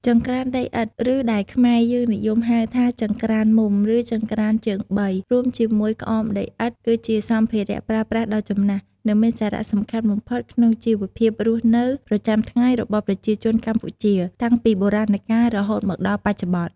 ចង្ក្រានដីឥដ្ឋ ឬដែលខ្មែរយើងនិយមហៅថា ចង្ក្រានមុំ ឬ ចង្ក្រានជើងបី រួមជាមួយ ក្អមដីឥដ្ឋ គឺជាសម្ភារៈប្រើប្រាស់ដ៏ចំណាស់ និងមានសារៈសំខាន់បំផុតក្នុងជីវភាពរស់នៅប្រចាំថ្ងៃរបស់ប្រជាជនកម្ពុជា តាំងពីបុរាណកាលរហូតមកដល់បច្ចុប្បន្ន។